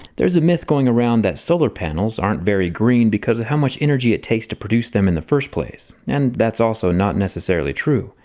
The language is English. there's a myth going around that solar panels aren't very green because of how much energy it takes to produce them in the first place. and that's also not necessarily true.